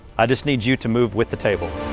i just need you to move with the table.